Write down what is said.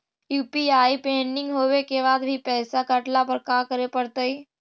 UPI pending होवे के बाद भी पैसा कटला पर का करे पड़तई?